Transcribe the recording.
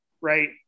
right